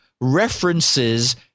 references